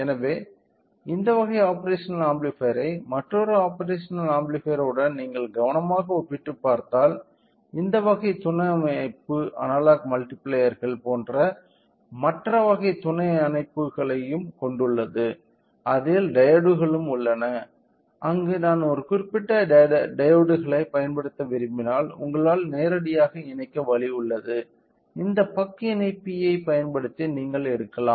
எனவே இந்த வகை ஆப்பேரஷனல் ஆம்பிளிபையர் ஐ மற்றொரு ஆப்பேரஷனல் ஆம்பிளிபையர் உடன் நீங்கள் கவனமாகப் ஒப்பிட்டு பார்த்தால் இந்த வகை துணை அமைப்பு அனலாக் மல்டிப்ளையர்கள் போன்ற மற்றொரு வகை துணை அமைப்புகளையும் கொண்டுள்ளது அதில் டையோட்களும் உள்ளன அங்கு நான் ஒரு குறிப்பிட்ட டையோட்களைப் பயன்படுத்த விரும்பினால் உங்களால் நேரடியாக இணைக்க வழி உள்ளது இந்த பக் இணைப்பியைப் பயன்படுத்தி நீங்கள் எடுக்கலாம்